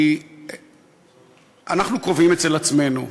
כי אנחנו קרובים אצל עצמנו,